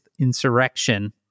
insurrection